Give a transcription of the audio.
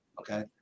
okay